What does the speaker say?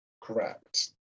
correct